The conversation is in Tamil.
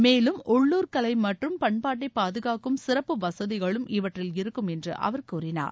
மேலும் உள்ளூர் கலை மற்றும் பண்பாட்டை பாதுகாக்கும் சிறப்பு வசதிகளும் இவற்றில் இருக்கும் என்று அவர் கூறினார்